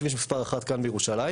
כביש מספר 1 כאן בירושלים.